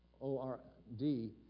O-R-D